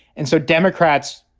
and so democrats,